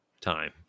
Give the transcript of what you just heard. Time